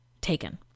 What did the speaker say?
taken